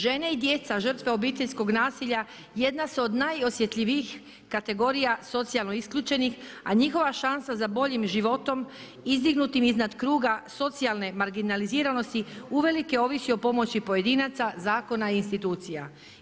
Žene i djeca žrtve obiteljskog nasilja jedna su od najosjetljivijih kategorija socijalno isključenih, a njihova šansa za boljim životom izdignutim iznad kruga socijalne marginaliziranosti uvelike ovisi o pomoći pojedinaca, zakona i institucija.